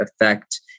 affect